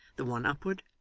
the one upward,